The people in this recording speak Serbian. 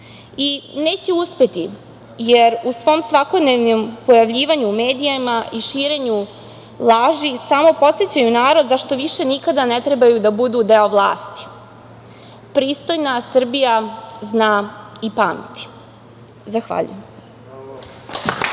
mestu. Neće uspeti, jer u svom svakodnevnom pojavljivanju u medijima i širenju laži samo podsećaju narod zašto više nikada ne trebaju da budu deo vlasti. Pristojna Srbija zna i pamti. Zahvaljujem.